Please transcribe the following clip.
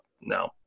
no